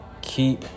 keep